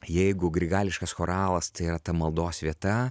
jeigu grigališkas choralas tai yra ta maldos vieta